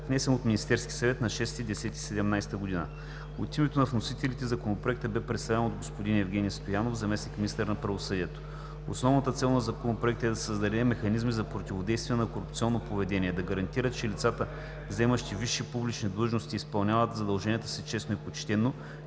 внесен от Министерския съвет на 6 октомври 2017 г. От името на вносителите Законопроектът бе представен от господин Евгени Стоянов – заместник-министър на правосъдието. Основната цел на Законопроекта е да създаде механизми за противодействие на корупционно поведение, да гарантира, че лицата, заемащи висши публични длъжности, изпълняват задълженията си честно и почтено,